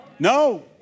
No